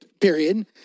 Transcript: Period